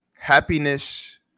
Happiness